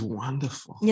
wonderful